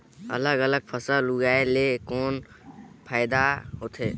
अलग अलग फसल लगाय ले कौन फायदा होथे?